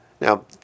Now